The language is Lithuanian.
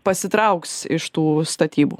pasitrauks iš tų statybų